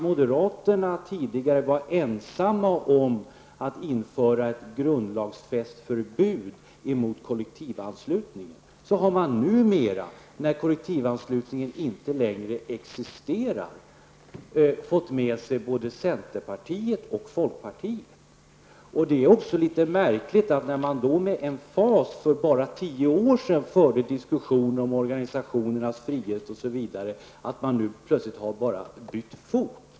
Moderaterna, som tidigare var ensamma om att vilja införa ett grundlagsfäst förbud emot kollektivanslutning, har numera, när kollektivanslutningen inte längre existerar, fått med sig både centerpartiet och folkpartiet. Det är också litet märkligt att det parti som för bara tio år sedan med emfas förde diskussioner om organisationernas frihet osv. nu plötsligt har bytt fot.